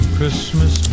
Christmas